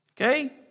Okay